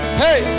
hey